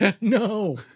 No